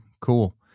cool